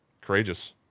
courageous